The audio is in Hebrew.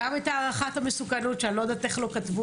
גם את הערכת המסוכנות שאני לא יודעת איך לא כתבו